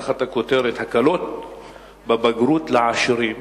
תחת הכותרת "הקלות בבגרות לעשירים",